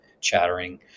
chattering